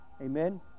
amen